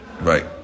Right